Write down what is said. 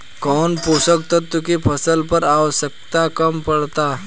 कौन पोषक तत्व के फसल पर आवशयक्ता कम पड़ता?